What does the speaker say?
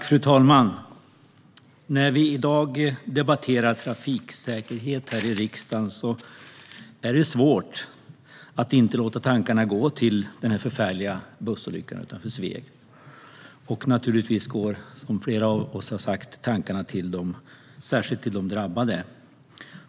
Fru talman! När vi i dag debatterar trafiksäkerhet här i riksdagen är det svårt att inte låta tankarna gå till den förfärliga bussolyckan utanför Sveg. Naturligtvis går tankarna, som flera av oss har sagt, särskilt till de drabbade.